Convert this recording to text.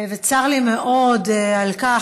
וצר לי מאוד על כך.